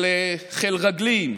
של חיל רגלים,